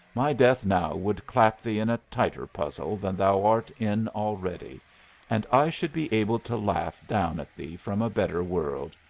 my death now would clap thee in a tighter puzzle than thou art in already and i should be able to laugh down at thee from a better world,